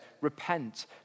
Repent